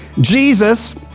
Jesus